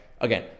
again